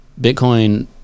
Bitcoin